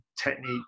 technique